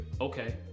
Okay